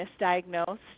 misdiagnosed